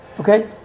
Okay